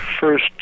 first